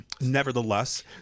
nevertheless